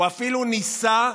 הוא אפילו ניסה,